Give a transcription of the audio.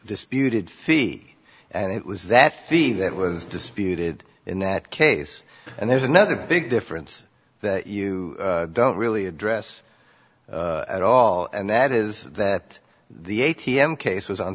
disputed fee and it was that fee that was disputed in that case and there's another big difference that you don't really address at all and that is that the a t m case was on